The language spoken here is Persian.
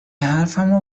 حرفمو